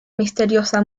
misteriosa